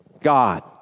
God